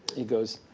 he goes,